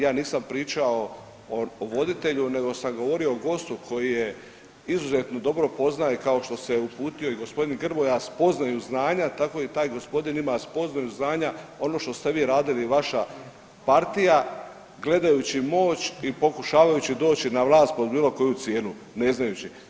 Ja nisam pričao o voditelju nego sam govorio o gostu koji je izuzetno dobro poznaje kao što se uputio i g. Grmoja spoznaju znanja, tako i taj gospodin ima spoznaju znanja ono što ste vi radili i vaša partija gledajući moć i pokušavajući doći na vlast pod bilo koju cijenu, ne znajući.